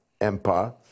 empire